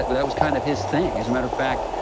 that was kind of his thing. as a matter of fact,